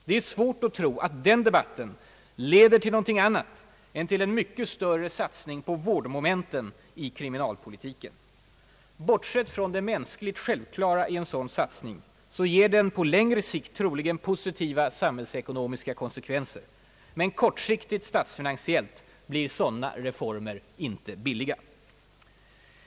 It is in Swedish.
Det är svårt att tro att den debatten leder till någonting annat än till en mycket större satsning på vårdmomenten i kriminalpolitiken. Bortsett från det mänskligt självklara i en sådan satsning så ger den på längre sikt troligen positiva samhällsekonomiska konsekvenser — men kortsiktigt statsfinansiellt blir sådana reformer inte billiga.